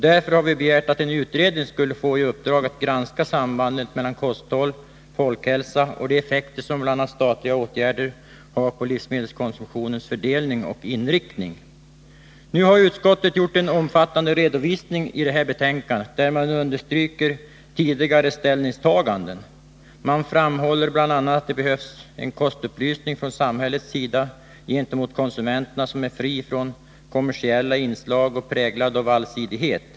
Därför har vi begärt att en utredning skall få i uppdag att granska sambandet mellan kosthåll, folkhälsa och de effekter som bl.a. statliga åtgärder har på livsmedelskonsumtionens fördelning och inriktning. Utskottet har gjort en omfattande redovisning i betänkandet, där man understryker tidigare ställningstaganden. Man framhåller bl.a. att det gentemot konsumenterna behövs en kostupplysning från samhällets sida som är fri från kommersiella inslag och präglad av allsidighet.